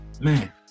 man